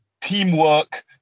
teamwork